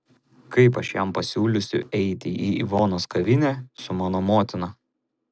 kaip aš jam pasiūlysiu eiti į ivonos kavinę su mano motina